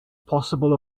possible